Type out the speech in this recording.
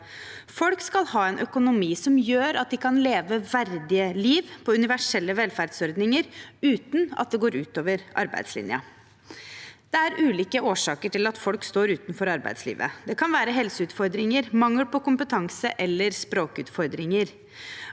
Folk skal ha en økonomi som gjør at de kan leve et verdig liv på universelle velferdsordninger uten at det går ut over arbeidslinjen. Det er ulike årsaker til at folk står utenfor arbeidslivet. Det kan være helseutfordringer, mangel på kompetanse eller språkutfordringer.